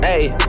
Ayy